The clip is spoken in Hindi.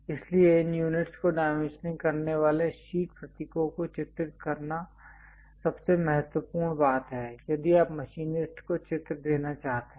इसलिए इन यूनिट्स को डाइमेंशनिंग करने वाले शीट प्रतीकों को चित्रित करना सबसे महत्वपूर्ण बात है यदि आप मशीनिस्ट को चित्र देना चाहते हैं